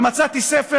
ומצאתי ספר,